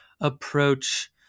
approach